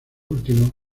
último